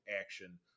action